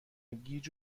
گیج